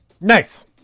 Nice